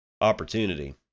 Opportunity